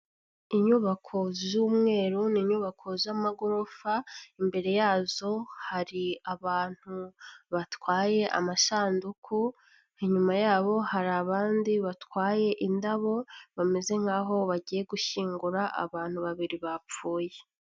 Inyubako z'umweru ni inyubako z'amagorofa, imbere yazo hari abantu batwaye amasanduku, inyuma yabo hari abandi batwaye indabo bameze nkaho bagiye gushyingura abantu babiri bapfuye.